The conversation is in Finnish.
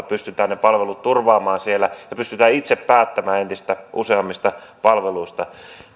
pystytään ne palvelut turvaamaan siellä ja pystytään itse päättämään entistä useammista palveluista